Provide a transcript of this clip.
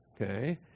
okay